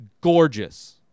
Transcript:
gorgeous